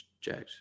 Jags